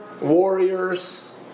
Warriors